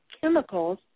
chemicals